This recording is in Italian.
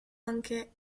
anche